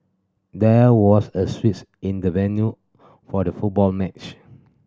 there was a switch in the venue for the football match